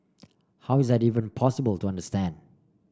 how is that even possible to understand